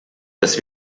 dass